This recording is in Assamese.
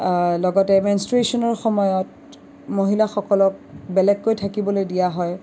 লগতে মেন্ছট্ৰুৱেশ্যনৰ সময়ত মহিলাসকলক বেলেগকৈ থাকিবলৈ দিয়া হয়